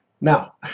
Now